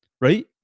right